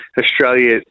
Australia